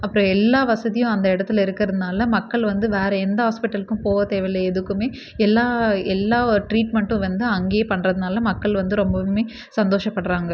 அப்புறம் எல்லா வசதியும் அந்த இடத்துல இருக்கிறதுனால மக்கள் வந்து வேறு எந்த ஹாஸ்பிட்டலுக்கும் போக தேவையில்ல எதுக்குமே எல்லா எல்லா டிரீட்மெண்டும் வந்து அங்கேயே பண்ணுறதுனால மக்கள் வந்து ரொம்பவுமே சந்தோஷ படுகிறாங்க